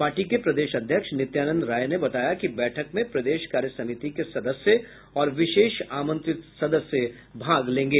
party के प्रदेश अध्यक्ष नित्यानंद राय ने बताया कि बैठक में प्रदेश कार्य समिति के सदस्य और विशेष आमंत्रित सदस्य भाग लेंगे